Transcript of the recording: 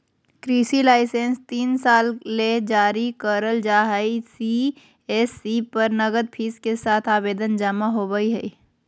कृषि लाइसेंस तीन साल के ले जारी करल जा हई सी.एस.सी पर नगद फीस के साथ आवेदन जमा होवई हई